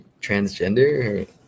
transgender